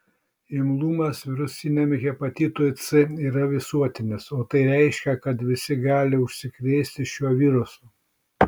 imlumas virusiniam hepatitui c yra visuotinas o tai reiškia kad visi gali užsikrėsti šiuo virusu